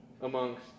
Amongst